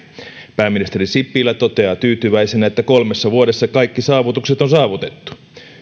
pääministeri sipilä toteaa tyytyväisenä että kolmessa vuodessa kaikki saavutukset on saavutettu